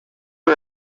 for